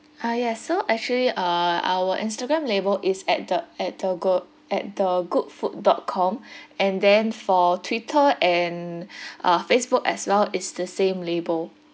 ah yes so actually uh our instagram label is at the at the ge~ at the good food dot com and then for twitter and uh facebook as well it's the same label